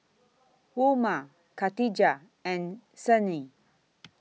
Umar Katijah and Senin